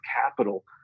capital